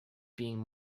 being